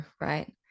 right